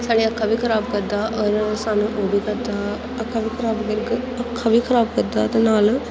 साढ़ी अक्खां बी खराब करदा और सानूं ओह् बी करदा अक्खां बी खराब करदा अक्खां बी खराब करदा ते नाल